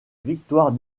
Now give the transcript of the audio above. victoire